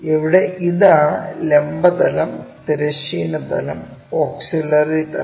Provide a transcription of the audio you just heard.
ഇവിടെ ഇതാണ് ലംബ തലം തിരശ്ചീന തലം ഓക്സിലറി തലം